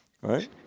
Right